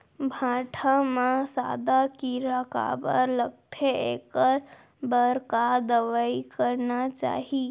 भांटा म सादा कीरा काबर लगथे एखर बर का दवई करना चाही?